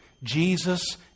Jesus